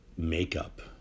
Makeup